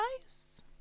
nice